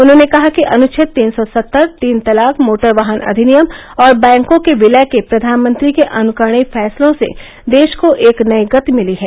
उन्होंने कहा कि अनुच्छेद तीन सौ सत्तर तीन तलाक मोटर वाहन अधिनियम और बैंकों के विलय के प्रधानमंत्री के अनुकरणीय फैसलों से देश को एक नई गति मिली है